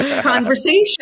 conversation